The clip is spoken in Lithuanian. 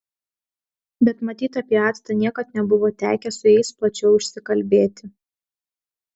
bet matyt apie actą niekad nebuvo tekę su jais plačiau išsikalbėti